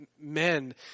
men